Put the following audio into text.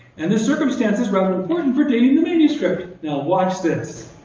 and this circumstance is rather important for dating the manuscript. now watch this.